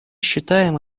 считаем